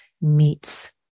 meets